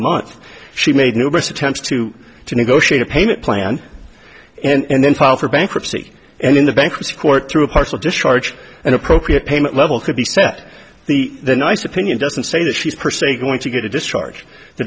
a month she made numerous attempts to to negotiate a payment plan and then file for bankruptcy and in the bankruptcy court through a partial discharge an appropriate payment level could be set the the nice opinion doesn't say that she's per se going to get a discharge the